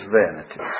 vanity